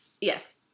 Yes